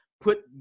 put